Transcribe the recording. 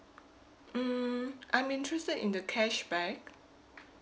mm I'm interested in the cashback